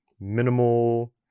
minimal